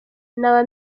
naba